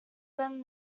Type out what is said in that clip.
than